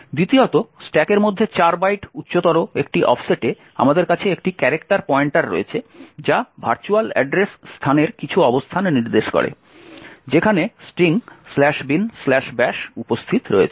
দ্বিতীয়ত স্ট্যাকের মধ্যে 4 বাইট উচ্চতর একটি অফসেটে আমাদের কাছে একটি ক্যারেক্টার পয়েন্টার রয়েছে যা ভার্চুয়াল অ্যাড্রেস স্থানের কিছু অবস্থান নির্দেশ করে যেখানে স্ট্রিং binbash উপস্থিত রয়েছে